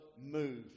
move